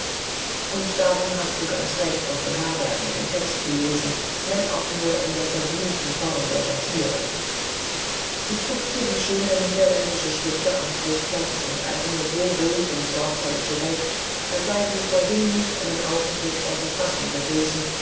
und darum hast du ganz recht onkel herbert mir den text zu lesen wenn auch nur in der verblümten form der satire sie zupfte die schönen niederländer spitzen an brustlatz und aermeln so ruhig und sorgsam zurecht als sei sie vorhin nicht einen augenblick außer fassung gewesen